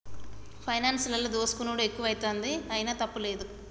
పైనాన్సులల్ల దోసుకునుడు ఎక్కువైతంది, అయినా తప్పుతలేదు